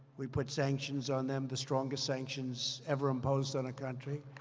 we put sanctions on them the strongest sanctions ever imposed on a country.